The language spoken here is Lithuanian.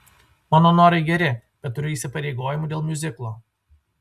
mano norai geri bet turiu įsipareigojimų dėl miuziklo